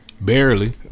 Barely